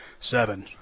seven